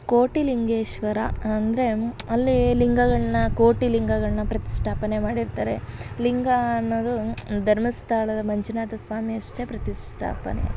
ಕೋಟಿಲಿಂಗೇಶ್ವರ ಅಂದರೆ ಅಲ್ಲಿ ಲಿಂಗಗಳನ್ನ ಕೋಟಿ ಲಿಂಗಗಳನ್ನ ಪ್ರತಿಷ್ಠಾಪನೆ ಮಾಡಿರ್ತಾರೆ ಲಿಂಗ ಅನ್ನೋದು ಧರ್ಮಸ್ಥಳದ ಮಂಜುನಾಥ ಸ್ವಾಮಿ ಅಷ್ಟೇ ಪ್ರತಿಷ್ಠಾಪನೆ